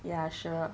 ya sure